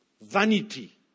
Vanity